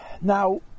Now